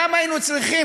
למה היינו צריכים,